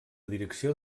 direcció